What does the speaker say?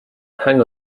hang